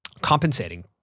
compensating